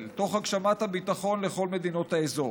תוך הגשמת הביטחון לכל מדינות האזור,